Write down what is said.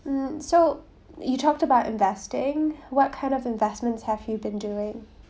mm so you talked about investing what kind of investments have you been doing